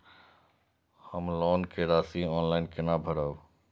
हम लोन के राशि ऑनलाइन केना भरब?